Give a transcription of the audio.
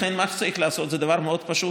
לכן מה שצריך לעשות זה דבר מאוד פשוט,